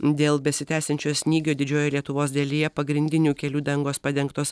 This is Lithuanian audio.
dėl besitęsiančio snygio didžiojoj lietuvos dalyje pagrindinių kelių dangos padengtos